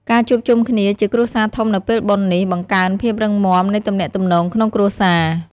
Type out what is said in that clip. ការជួបជុំគ្នាជាគ្រួសារធំនៅពេលបុណ្យនេះ បង្កើនភាពរឹងមាំនៃទំនាក់ទំនងក្នុងគ្រួសារ។